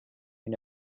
you